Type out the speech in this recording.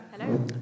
Hello